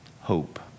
hope